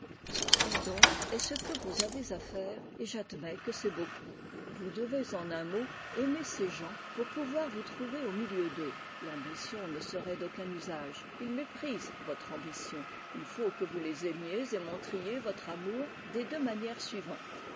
ceci donc est ce que vous avez à faire et j'admets que c'est beaucoup vous devez en un mot aimer ces gens pour pouvoir vous trouver au milieu d'eux l'ambition ne serait d'aucun usage ils méprisent votre ambition il faut que vous les aimiez et montriez votre amour des deux manières suivantes